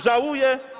Żałuję.